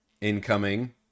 incoming